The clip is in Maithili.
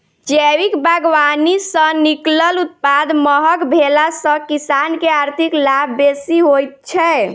जैविक बागवानी सॅ निकलल उत्पाद महग भेला सॅ किसान के आर्थिक लाभ बेसी होइत छै